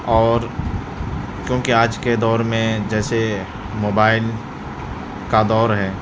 اور کیوں کہ آج کے دور میں جیسے موبائل کا دور ہے